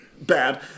bad